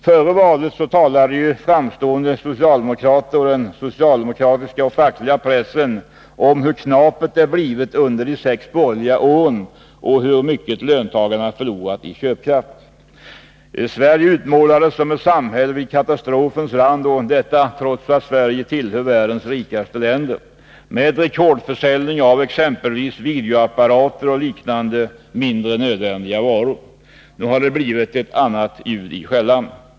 Före valet talade framstående socialdemokrater och den socialdemokratiska och fackliga pressen om hur knapert det blivit under de sex borgerliga åren och hur mycket löntagarna förlorat i köpkraft. Sverige utmålades som ett samhälle vid katastrofens rand, och detta trots att Sverige tillhör världens rikaste länder med rekordförsäljning av exempelvis videoapparater och liknande, mindre nödvändiga varor. Nu har det blivit ett annat ljud i skällan.